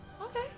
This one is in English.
Okay